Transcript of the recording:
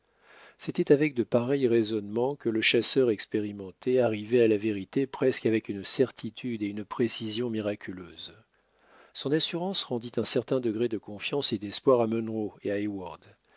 c'était avec de pareils raisonnements que le chasseur expérimenté arrivait à la vérité presque avec une certitude et une précision miraculeuse son assurance rendit un certain degré de confiance et d'espoir à munro